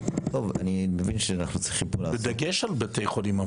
אני מבין שאנחנו צריכים פה לעשות -- אבל בדגש על בתי החולים,